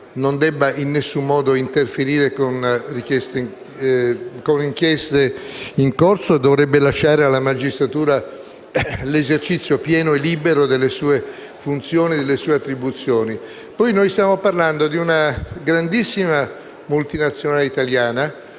non debba in alcun modo interferire con esse, lasciando alla magistratura l'esercizio pieno e libero delle sue funzioni e delle sue attribuzioni. Stiamo inoltre parlando di una grandissima multinazionale italiana,